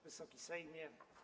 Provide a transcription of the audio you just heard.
Wysoki Sejmie!